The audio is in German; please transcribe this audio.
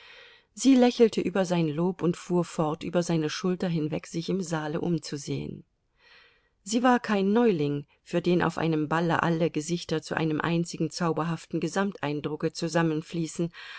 sie lächelte über sein lob und fuhr fort über seine schulter hinweg sich im saale umzusehen sie war kein neuling für den auf einem balle alle gesichter zu einem einzigen zauberhaften gesamteindrucke